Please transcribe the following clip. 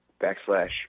backslash